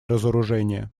разоружение